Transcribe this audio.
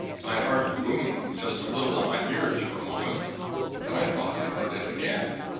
my heart booming just a little in my ears for a moment then i thought i heard it again.